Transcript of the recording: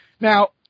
Now